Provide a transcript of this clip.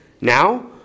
Now